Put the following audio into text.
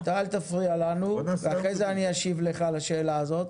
אתה אל תפריע לנו ואחרי זה אני אשיב לך על השאלה הזאת.